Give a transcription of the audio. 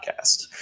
podcast